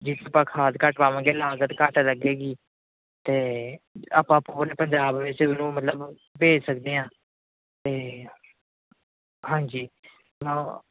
ਜਿਹਦੇ 'ਚ ਆਪਾਂ ਖਾਦ ਘੱਟ ਪਾਵਾਂਗੇ ਲਾਗਤ ਘੱਟ ਲੱਗੇਗੀ ਅਤੇ ਆਪਾਂ ਫੁਲ ਪੰਜਾਬ ਵਿੱਚ ਉਹਨੂੰ ਮਤਲਬ ਭੇਜ ਸਕਦੇ ਹਾਂ ਅਤੇ ਹਾਂਜੀ ਹਾਂ